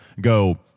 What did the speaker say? go